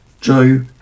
Joe